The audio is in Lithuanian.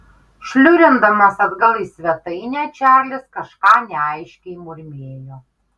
šliurindamas atgal į svetainę čarlis kažką neaiškiai murmėjo